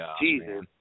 Jesus